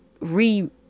re